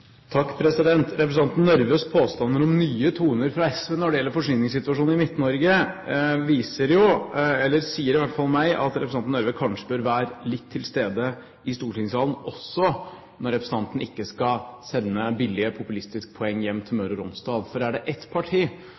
viser jo – eller sier iallfall meg – at hun kanskje bør være litt til stede i stortingssalen også når hun ikke skal sende billige populistiske poeng hjem til Møre og Romsdal. For er det ett parti